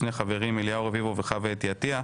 שני חברים: אליהו רביבו וחוה אתי עטיה.